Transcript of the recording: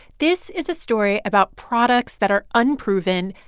this is a story about products that are unproven,